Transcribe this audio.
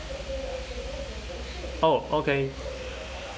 oh okay